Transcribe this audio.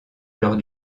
lors